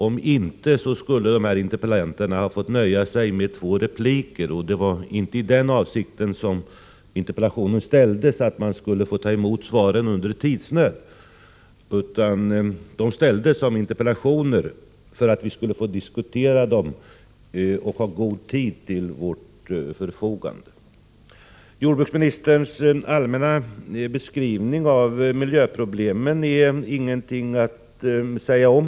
Dessutom skulle interpellanterna ha fått nöja sig med två repliker. Det var inte med avsikten att man skulle få ta emot svaren under tidsnöd som interpellationerna framställdes. Vi tog upp saken i interpellationer för att vi skulle få diskutera den och ha god tid till vårt förfogande. Jordbruksministerns allmänna beskrivning av miljöproblemen finns det ingenting att säga om.